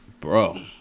bro